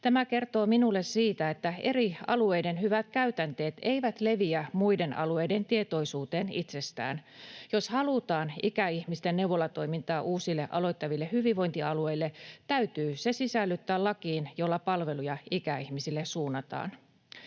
Tämä kertoo minulle siitä, että eri alueiden hyvät käytänteet eivät leviä muiden alueiden tietoisuuteen itsestään. Jos halutaan ikäihmisten neuvolatoimintaa uusille aloittaville hyvinvointialueille, täytyy se sisällyttää lakiin, jolla palveluja ikäihmisille suunnataan.